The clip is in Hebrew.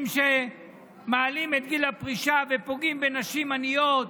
מעלים את גיל הפרישה ופוגעים בנשים עניות,